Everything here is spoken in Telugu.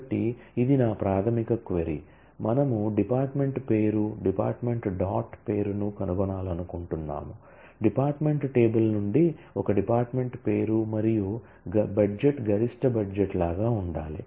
కాబట్టి ఇది నా ప్రాథమిక క్వరీ మనము డిపార్ట్మెంట్ పేరు డిపార్ట్మెంట్ డాట్ పేరును కనుగొనాలనుకుంటున్నాము డిపార్ట్మెంట్ టేబుల్ నుండి ఒక డిపార్ట్మెంట్ పేరు మరియు బడ్జెట్ గరిష్ట బడ్జెట్ లాగా ఉండాలి